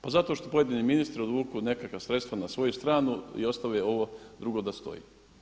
Pa zato što pojedini ministri odvuku nekakva sredstva na svoju stranu i ostave ovo drugo da stoji.